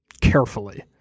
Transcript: Carefully